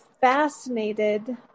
fascinated